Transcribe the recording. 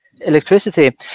electricity